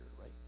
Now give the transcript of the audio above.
right